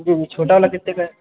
जी वो छोटा वाला कितने का है